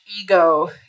ego